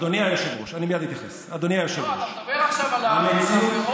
אדוני היושב-ראש, אתה מוכן לבוז לסרטון האנטישמי